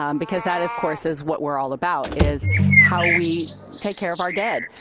um because that, of course, is what we're all about, is how we take care of our dead,